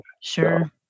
sure